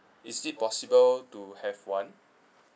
is it possible to have one